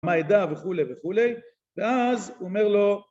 ‫מה אדע, וכולי וכולי, ‫ואז אומר לו...